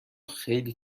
خیلی